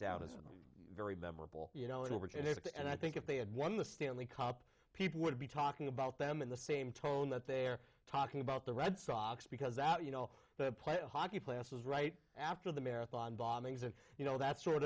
down is very memorable you know in which it is and i think if they had won the stanley cup people would be talking about them in the same tone that they're talking about the red sox because out you know the hockey playoffs was right after the marathon bombings and you know that's sort